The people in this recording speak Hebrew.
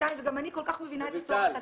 שנתיים וגם אני כל כך מבינה את הצורך הזה,